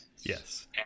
Yes